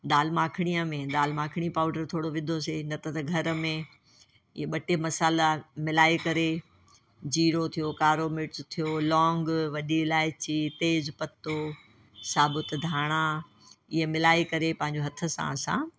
दालि माखणीअ में दालि माखणी पाउडर थोरो विझियोसीं न त त घर में इहे ॿ टे मसाला मिलाए करे जीरो थियो कारो मिर्च थियो लौंग वॾी इलायची तेज पत्तो साबुत धाणा इहे मिलाए करे पंहिंजो हथ सां असां